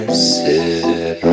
sit